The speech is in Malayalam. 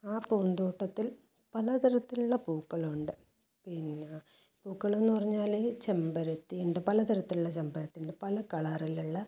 ആ പൂന്തോട്ടത്തിൽ പല തരത്തിലുള്ള പൂക്കളുണ്ട് പിന്നെ പൂക്കളെന്ന് പറഞ്ഞാല് ചെമ്പരത്തിയുണ്ട് പലതരത്തിലുള്ള ചെമ്പരത്തിയുണ്ട് പല കളറിലുള്ള